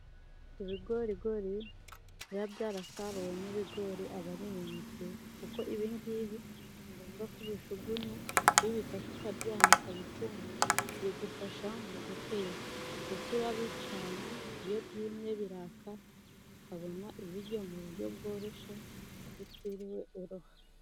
Ibigorigori biba byarasaruwe mo ibigori biba ari byiza kuko ibingibi si ngombwa kubijugunya, iyo ubifashe ukabibika bikuma bigufashana mu guteka iyo byumye biraka ukabona ibiryo mu buryo bworoshye butiriwe uroha.